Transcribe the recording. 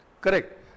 Correct